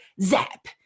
zap